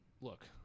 look